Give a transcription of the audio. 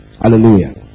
Hallelujah